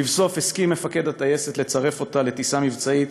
לבסוף הסכים מפקד הטייסת לצרף אותה לטיסה מבצעית